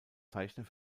zeichner